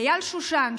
לאייל שושן,